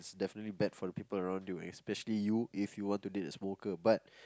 definitely bad for the people around you and especially you if you want to date a smoker but